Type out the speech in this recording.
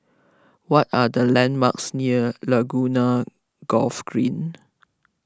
what are the landmarks near Laguna Golf Green